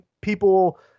people